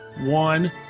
One